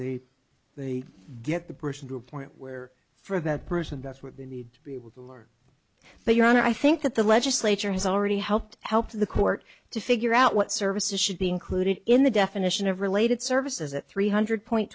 the they get the person to a point where for that person that's what they need to be able to learn but your honor i think that the legislature has already helped help the court to figure out what services should be included in the definition of related services at three hundred point